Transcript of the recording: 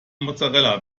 mozzarella